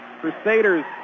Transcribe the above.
Crusaders